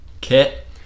Kit